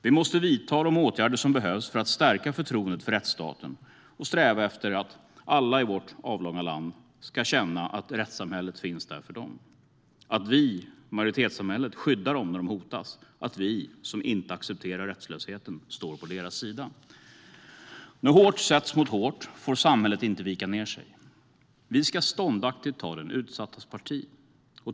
Vi måste vidta de åtgärder som behövs för att stärka förtroendet för rättsstaten och sträva efter att alla i vårt avlånga land ska känna att rättssamhället finns där för dem, att vi, majoritetssamhället, skyddar dem när de hotas, att vi som inte accepterar rättslösheten står på deras sida. När hårt sätts mot hårt får samhället inte vika ned sig. Vi ska ståndaktigt ta de utsattas parti.